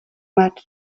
met